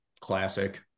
classic